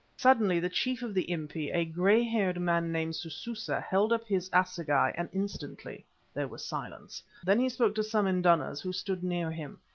suddenly the chief of the impi, a grey-haired man named sususa, held up his assegai, and instantly there was silence. then he spoke to some indunas who stood near him.